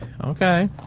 Okay